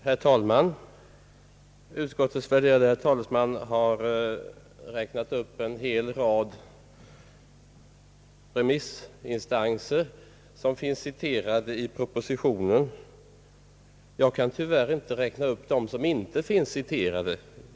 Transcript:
Herr talman! Utskottets värderade talesman har räknat upp en hel rad remissinstanser, som finns citerade i propositionen. Jag kan tyvärr inte räkna upp dem som inte finns citerade.